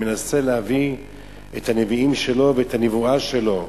והוא מנסה להביא את הנביאים שלו ואת הנבואה שלו.